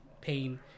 pain